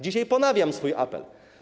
Dzisiaj ponawiam swój apel.